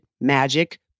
Magic